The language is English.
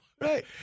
Right